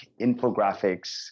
infographics